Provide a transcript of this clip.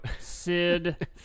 Sid